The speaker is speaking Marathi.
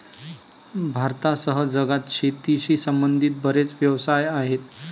भारतासह जगात शेतीशी संबंधित बरेच व्यवसाय आहेत